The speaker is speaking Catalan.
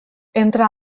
entre